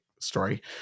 story